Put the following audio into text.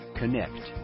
connect